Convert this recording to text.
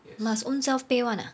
must ownself pay [one] ah